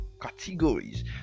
categories